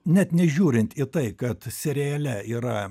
net nežiūrint į tai kad seriale yra